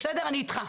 אני איתך,